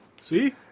see